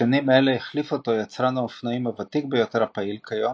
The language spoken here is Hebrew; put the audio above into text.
בשנים אלו החליף אותו יצרן האופנועים הוותיק ביותר הפעיל כיום,